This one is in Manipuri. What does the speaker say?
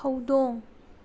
ꯍꯧꯗꯣꯡ